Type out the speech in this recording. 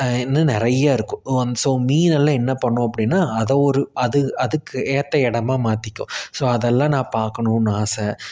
இன்னும் நிறைய இருக்கும் ஸோ மீனெல்லாம் என்ன பண்ணும் அப்படின்னா அதை ஒரு அது அதுக்கு ஏற்ற இடமா மாற்றிக்கும் ஸோ அதெல்லாம் நான் பார்க்கணுன்னு ஆசை